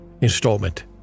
installment